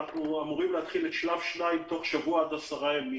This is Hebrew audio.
אנחנו אמורים להתחיל את שלב 2 תוך שבוע עד עשרה ימים.